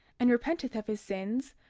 and repenteth of his sins,